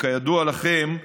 כידוע לכם,